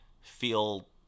feel